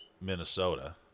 Minnesota